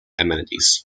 amenities